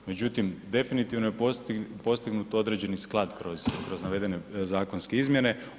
Međutim, definitivno je postignut određeni sklad kroz navedene zakonske izmjene.